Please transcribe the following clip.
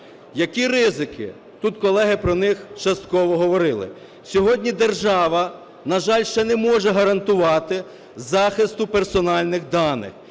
які ризики? Тут колеги про них частково говорили. Сьогодні держава, на жаль, ще не може гарантувати захисту персональних даних.